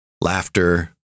laughter